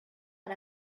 and